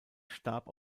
starb